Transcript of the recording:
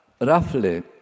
roughly